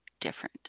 different